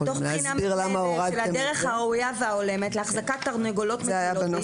בחינה מתמדת של הדרך הראויה וההולמת להחזקת תרנגולות מטילות.